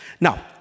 Now